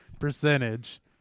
Percentage